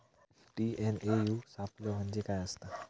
TNAU सापलो म्हणजे काय असतां?